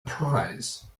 prize